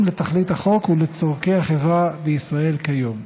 לתכלית החוק ולצורכי החברה בישראל כיום.